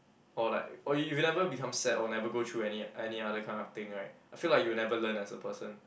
or like or you never become sad or never go through any any other kind of thing right I feel like you'll never learn as a person